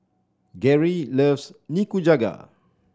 Geri loves Nikujaga